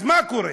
אז מה קורה?